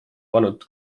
pannud